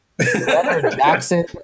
Jackson